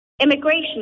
Immigration